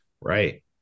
Right